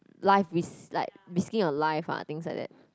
life risk like risking a life ah things like that